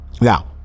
now